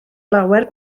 lawer